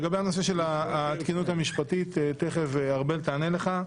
לגבי הנושא של התקינות המשפטית, תכף ארבל תענה לך.